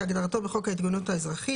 "הג"א" כהגדרתו בחוק ההתגוננות האזרחית.